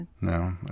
No